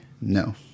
No